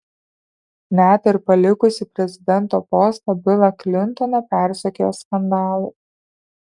net ir palikusį prezidento postą bilą klintoną persekioja skandalai